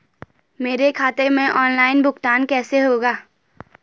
मेरे खाते में ऑनलाइन भुगतान कैसे होगा?